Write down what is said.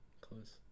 close